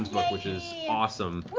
but which is awesome,